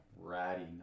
ratty